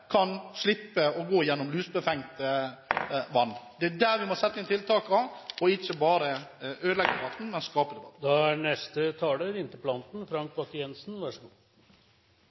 kan slippe å gå gjennom lusebefengt vann. Det er der vi må sette inn tiltakene, og ikke bare ødelegge debatten, men